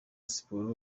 siporo